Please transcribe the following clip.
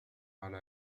على